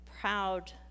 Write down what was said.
proud